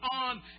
on